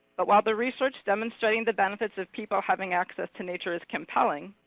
but while the research demonstrating the benefits of people having access to nature is compelling,